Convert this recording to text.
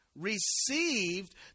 received